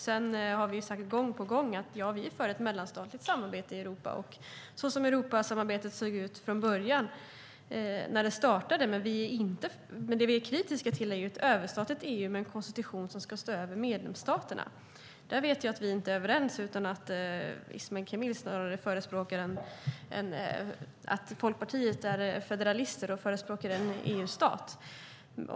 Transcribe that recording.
Sedan har vi sagt gång på gång att vi är för ett mellanstatligt samarbete i Europa, så som Europasamarbetet såg ut när det startade. Det vi är kritiska till är ett överstatligt EU med en konstitution som ska stå över medlemsstaterna. Där vet jag att vi inte är överens, utan att ni i Folkpartiet är federalister och förespråkar en EU-stat.